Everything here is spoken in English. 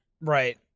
Right